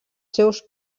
seus